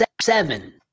seven